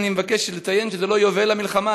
אני מבקש לציין שזה לא יובל למלחמה,